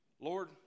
Lord